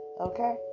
Okay